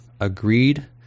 agreed